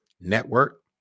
network